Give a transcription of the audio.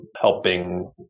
helping